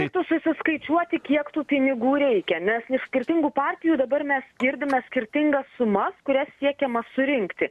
reiktų susiskaičiuoti kiek tų pinigų reikia nes iš skirtingų partijų dabar mes girdime skirtingas sumas kurias siekiama surinkti